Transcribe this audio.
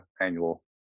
annual